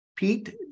Pete